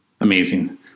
Amazing